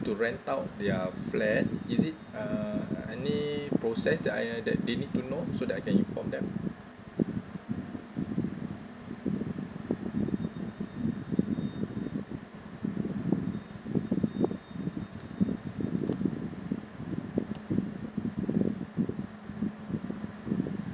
to rent out their flat is it uh any process that I that they need to know so that I can inform them